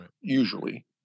usually